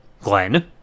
Glenn